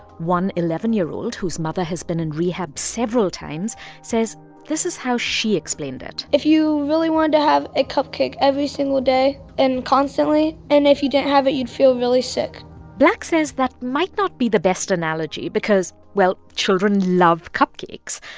one eleven year old whose mother has been in rehab several times says this is how she explained it if you really want to have a cupcake every single day and constantly, and if you didn't have it, you'd feel really sick black says that might not be the best analogy because, well, children love cupcakes.